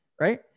right